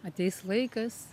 ateis laikas